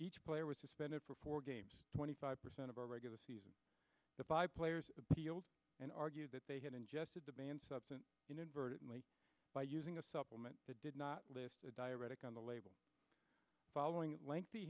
each player was suspended for four games twenty five percent of our regular season five players appealed and argued that they had ingested the band substance inadvertently by using a supplement that did not list a diuretic on the label following a lengthy